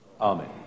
Amen